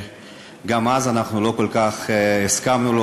שגם אז אנחנו לא כל כך הסכמנו לו,